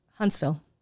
Huntsville